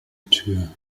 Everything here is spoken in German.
tür